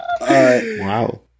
Wow